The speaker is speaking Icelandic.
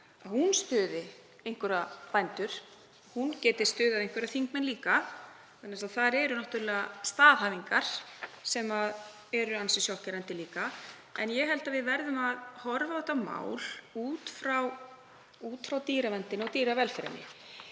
stuði einhverja bændur, hún geti stuðað einhverja þingmenn líka vegna þess að þar eru náttúrlega staðhæfingar sem eru ansi sjokkerandi. En ég held að við verðum að horfa á þetta mál út frá dýraverndinni og dýravelferðinni.